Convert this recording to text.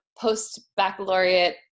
post-baccalaureate